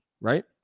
right